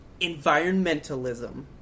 Environmentalism